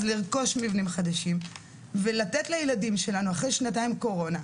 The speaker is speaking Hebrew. אז לרכוש מבנים חדשים ולתת לילדים שלנו אחרי שנתיים קורונה,